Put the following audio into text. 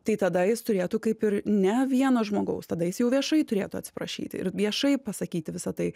tai tada jis turėtų kaip ir ne vieno žmogaus tada jis jau viešai turėtų atsiprašyti ir viešai pasakyti visą tai